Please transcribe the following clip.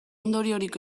ondoriorik